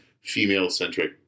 female-centric